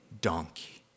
donkey